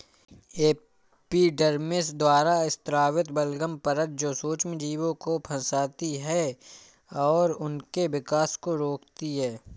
epidermis द्वारा स्रावित बलगम परत जो सूक्ष्मजीवों को फंसाती है और उनके विकास को रोकती है